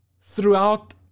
throughout